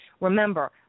Remember